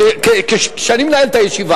כשאני מנהל את הישיבה